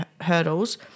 hurdles